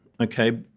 Okay